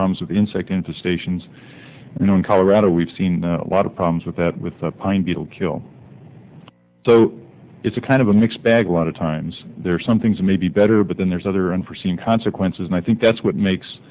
problems with insect into stations you know in colorado we've seen a lot of problems with that with the pine beetle kill so it's a kind of a mixed bag a lot of times there are some things may be better but then there's other unforseen consequences and i think that's what makes